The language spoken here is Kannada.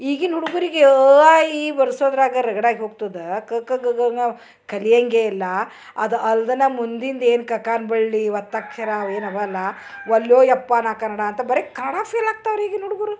ಈಗಿನ ಹುಡುಗರ್ಗೆ ಅ ಆ ಇ ಈ ಬರೆಸೋದ್ರಾಗೆ ರಗಡಾಗಿ ಹೋಗ್ತದೆ ಕ ಖ ಗ ಘ ಙ ಕಲಿಯೋಂಗೆ ಇಲ್ಲ ಅದು ಅಲ್ದೆನೆ ಮುಂದಿಂದು ಏನು ಕ ಕಾನ್ ಬಳ್ಳಿ ಒತ್ತಕ್ಷರ ಅವು ಏನು ಅವೆಲ್ಲ ಒಲ್ಲೆ ಯಪ್ಪ ನಾನು ಕನ್ನಡ ಅಂತ ಬರೀ ಕನ್ನಡ ಫೇಲ್ ಆಗ್ತವ್ರೆ ಈಗಿನ ಹುಡುಗರು